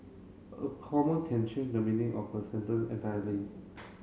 a comma can change the meaning of a sentence entirely